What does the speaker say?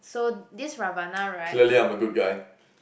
so this Ravana right